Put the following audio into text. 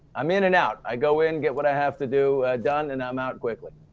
i'm in and out. i go in and get what i have to do done and i'm out quickly.